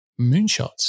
moonshots